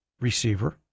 receiver